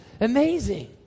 Amazing